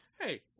hey